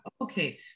Okay